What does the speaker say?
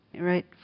Right